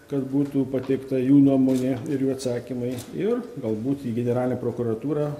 kad būtų pateikta jų nuomonė ir jų atsakymai ir galbūt į generalinę prokuratūrą